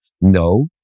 no